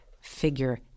figure